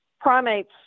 primates